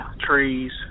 trees